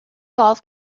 golf